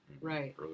Right